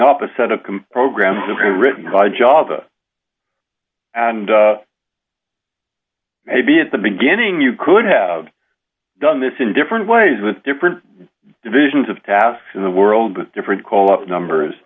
up a set of programs written by java and maybe at the beginning you could have done this in different ways with different divisions of tasks in the world with different call up numbers